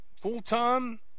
full-time